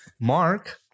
Mark